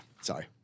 Sorry